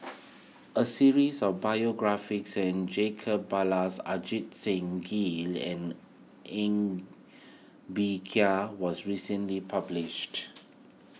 a series of biographies Jacob Ballas Ajit Singh Gill and Ng Bee Kia was recently published